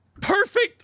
Perfect